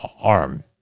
arm